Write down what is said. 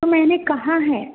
वो मैंने कहा है